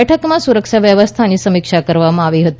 બેઠકમાં સુરક્ષા વ્યવસ્થાઓની સમીક્ષા કરવામાં આવી હતી